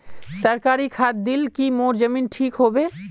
सरकारी खाद दिल की मोर जमीन ठीक होबे?